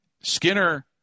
Skinner